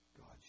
God